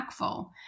impactful